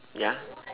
ya